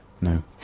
No